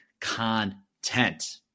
content